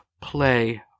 play